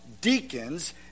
deacons